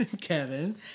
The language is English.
Kevin